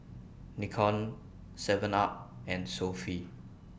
Nikon Seven up and Sofy